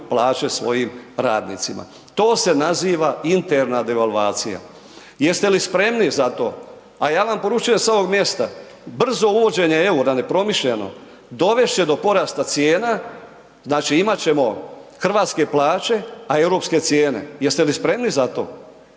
plaće svojim radnicima. To se naziva interna devalvacija. Jeste li spremni za to? A ja vam poručujem s ovog mjesta, brzo uvođenje EUR-a, nepromišljeno dovest će do porasta cijena, znači imat ćemo hrvatske plaće, a europske cijene. Jeste li spremni za to?